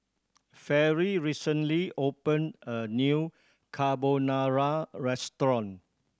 Fairy recently opened a new Carbonara Restaurant